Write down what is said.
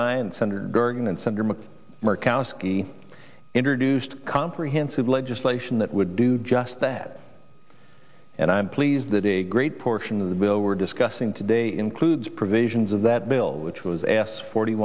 murkowski introduced comprehensive legislation that would do just that and i'm pleased that a great portion of the bill we're discussing today includes provisions of that build which was asked forty